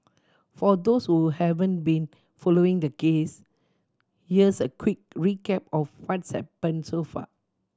for those who haven't been following the case here's a quick recap of what's happened so far